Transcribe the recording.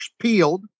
peeled